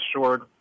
assured